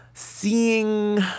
Seeing